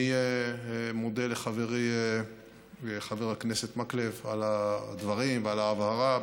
אני מודה לחברי חבר הכנסת מקלב על הדברים ועל ההבהרה.